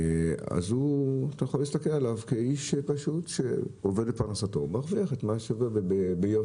אתה יכול להסתכל עליו כאיש פשוט שעובד לפרנסתו ומרוויח ביושר.